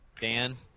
Dan